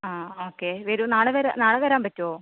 ആ ഓക്കെ വരൂ നാളെ വരാം നാളെ വരാൻ പറ്റുമോ